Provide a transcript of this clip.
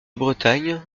bretagne